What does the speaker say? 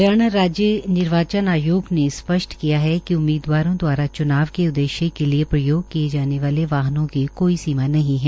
हरियाणा राज्य निर्वाचन आयोग ने स्पष्ट किया है कि उम्मीदवारों द्वारा च्नाव के उद्देश्य के लिए प्रयोग किए जाने वाले वाहनों की कोई सीमा नहीं है